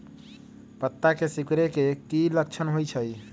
पत्ता के सिकुड़े के की लक्षण होइ छइ?